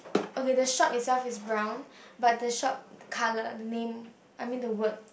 okay the shop itself is brown but the shop colour the name I mean the word